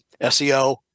SEO